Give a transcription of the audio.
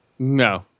No